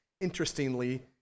Interestingly